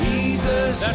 Jesus